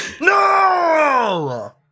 No